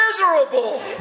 miserable